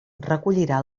recollirà